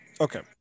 Okay